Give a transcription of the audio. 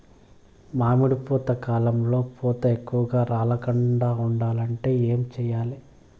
మామిడి పూత కాలంలో పూత ఎక్కువగా రాలకుండా ఉండాలంటే ఏమి చెయ్యాలి?